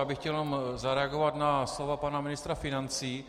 Já bych chtěl jenom zareagovat na slova pana ministra financí.